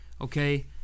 Okay